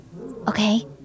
Okay